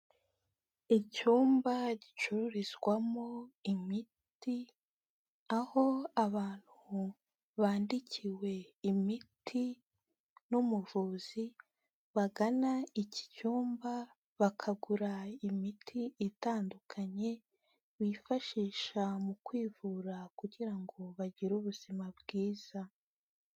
Icyumba gicururizwamo imiti aho abantu bandikiwe imiti n'umuvuzi, bagana iki cyumba bakagura imiti itandukanye, bifashisha mu kwivura kugira ngo bagire ubuzima bwiza.